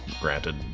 granted